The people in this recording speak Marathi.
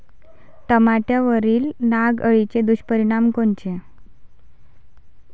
टमाट्यावरील नाग अळीचे दुष्परिणाम कोनचे?